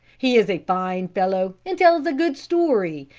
he is a fine fellow and tells a good story,